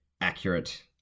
accurate